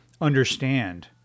understand